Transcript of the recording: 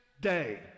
day